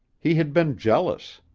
he had been jealous.